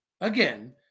again